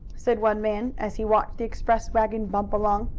said one man, as he watched the express wagon bump along.